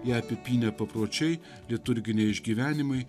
ją apipynę papročiai liturginiai išgyvenimai